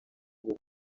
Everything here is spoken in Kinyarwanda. bwo